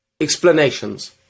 explanations